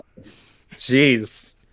Jeez